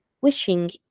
wishing